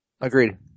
Agreed